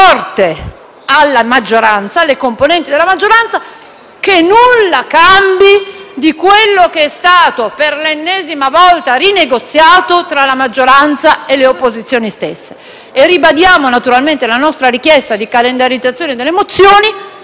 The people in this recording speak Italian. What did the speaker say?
di sorta e chiediamo con forza alle componenti della maggioranza che nulla cambi di quello che è stato per l'ennesima volta rinegoziato tra la maggioranza e le opposizioni stesse. Ribadiamo naturalmente la nostra richiesta di calendarizzazione delle mozioni.